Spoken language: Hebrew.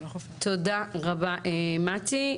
תודה רבה מטי.